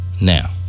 Now